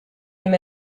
him